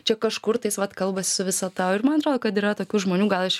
čia kažkur tais vat kalbasi su visata ir man atrodo kad yra tokių žmonių gal aš